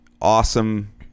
awesome